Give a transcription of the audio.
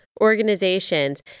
organizations